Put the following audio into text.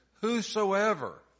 whosoever